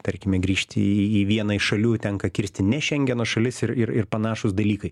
tarkime grįžti į į vieną iš šalių tenka kirsti ne šengeno šalis ir ir ir panašūs dalykai